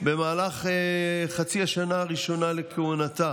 במהלך חצי השנה הראשונה לכהונתה